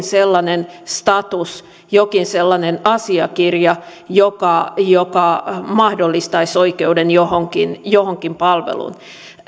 sellainen status jokin sellainen asiakirja joka mahdollistaisi oikeuden johonkin johonkin palveluun